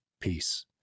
peace